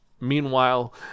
meanwhile